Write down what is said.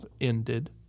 ended